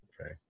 okay